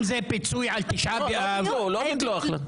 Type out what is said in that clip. אם זה פיצוי על תשעה באב --- לא ביטלו את ההחלטה,